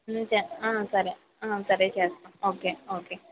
సరే సరే చేస్తాము ఓకే